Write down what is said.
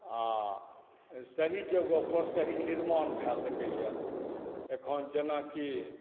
आ सही जगहपर सही निर्माण भए सकै यऽ अखन जेनाकि